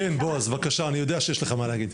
כן בבקשה בעז, אני יודע שיש לך מה להגיד.